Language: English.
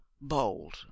bold